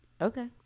Okay